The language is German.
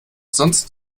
sonst